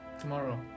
Tomorrow